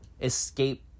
escape